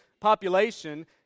population